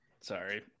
Sorry